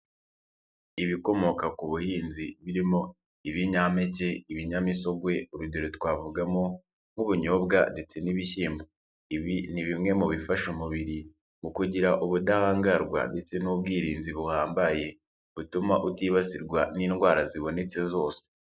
Ibikomoka ku buhinzi birimo ibinyampeke, ibinyamisogwe, urugero twavugamo nk'ubunyobwa ndetse n'ibishyimbo, ibi ni bimwe mu bifasha umubiri mu kugira ubudahangarwa ndetse n'ubwirinzi buhambaye, butuma utibasirwa n'indwara zibonetse zose.